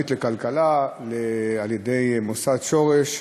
במסגרת התוכנית המשרד מקדם פתיחת יחידות טיפול בשבץ מוחי,